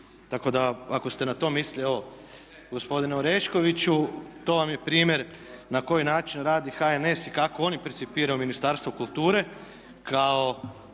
Tako da, ako ste na to mislili, evo gospodine Oreškoviću to vam je primjer na koji način radi HNS i kako oni percipiraju Ministarstvo kulture kao